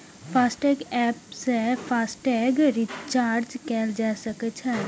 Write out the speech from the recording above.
FASTag app सं FASTag recharge कैल जा सकै छै